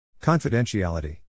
Confidentiality